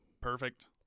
Perfect